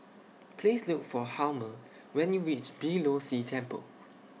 Please Look For Hjalmer when YOU REACH Beeh Low See Temple